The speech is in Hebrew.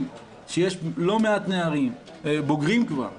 שיש לא מעט נערים בוגרים כבר ובוגרות,